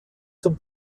zum